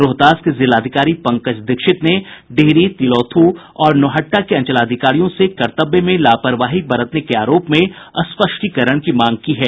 रोहतास के जिलाधिकारी पंकज दीक्षित ने डिहरी तिलौथू और नौहट्टा के अंचलाधिकारियों से कर्तव्य में लापरवाही बरतने के आरोप में स्पष्टीकरण की मांग की है